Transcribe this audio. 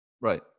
right